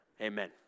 Amen